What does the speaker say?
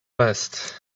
vest